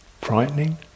Frightening